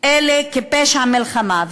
אלה כפשע מלחמה.